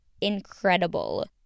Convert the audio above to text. incredible